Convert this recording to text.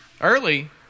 early